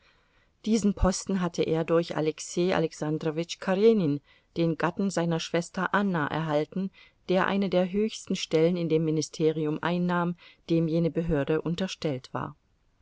diesen posten hatte er durch alexei alexandrowitsch karenin den gatten seiner schwester anna erhalten der eine der höchsten stellen in dem ministerium einnahm dem jene behörde unterstellt war